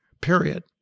period